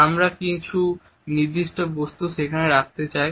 আমরা কিছু নির্দিষ্ট বস্তু সেখানে রাখতে চাই